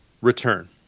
return